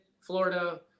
Florida